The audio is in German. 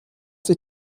sich